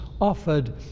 offered